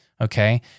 okay